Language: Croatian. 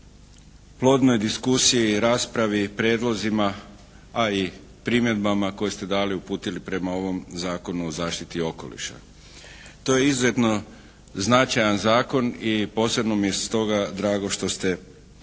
plodnoj diskusiji, raspravi, prijedlozima a i primjedbama koje ste dali, uputili prema ovom Zakonu o zaštiti okoliša. To je izuzetno značajan zakon i posebno mi je stoga drago što ste u potpunosti